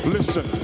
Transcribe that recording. Listen